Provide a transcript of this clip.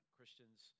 Christians